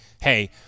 hey